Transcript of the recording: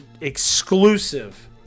exclusive